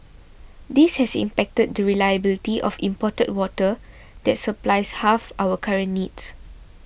this has impacted the reliability of imported water that supplies half our current needs